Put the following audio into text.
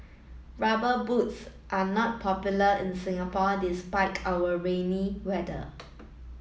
rubber boots are not popular in Singapore despite our rainy weather